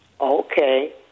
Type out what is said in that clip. Okay